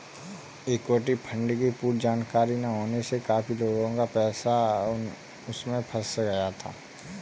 equity fund की पूर्ण जानकारी ना होने से काफी लोगों का पैसा उसमें फंस गया था